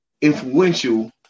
influential